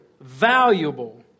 valuable